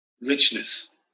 richness